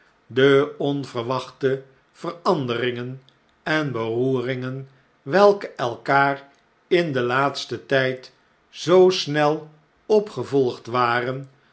de onverwachte veranderingen en beroeringen welke elkaar in den laatsten tijd zoo snel opgevolgd waren